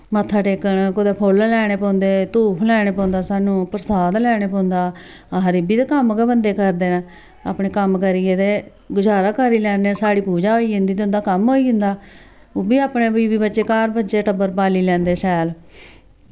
मत्था टेकन कुतै फुल्ल लैने पौंदे धूफ लैने पौंदा साह्नूं प्रसाद लैने पौंदा आखर एह् बी ते कम्म गै बंदे करदे न अपने कम्म करियै ते गुजारा करी लैन्ने साढ़ी पूजा होई जन्दी ते उं'दा कम्म होई जंदा ओह् बी अपने बीवी बच्चे घर बच्चे टब्बर पाली लैंदे शैल